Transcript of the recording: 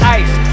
ice